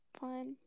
Fine